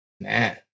man